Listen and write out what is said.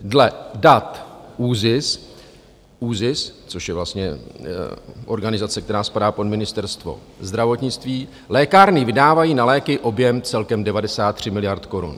Dle dat ÚZIS, což je vlastně organizace, která spadá pod Ministerstvo zdravotnictví, lékárny vydávají na léky objem celkem 93 miliard korun.